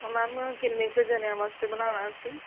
ਅ ma'am ਕਿੰਨੇ ਕੁ ਜਣਿਆਂ ਵਾਸਤੇ ਬਣਾਉਣਾ ਅਸੀਂ